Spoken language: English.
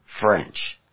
French